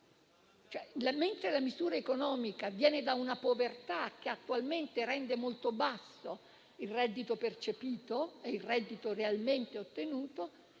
Mentre la misura economica viene da una povertà che attualmente rende molto basso il reddito percepito e quello realmente ottenuto,